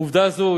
עובדה זו,